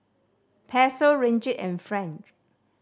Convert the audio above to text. Peso Ringgit and franc